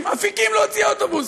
"אפיקים" לא הוציאה אוטובוס.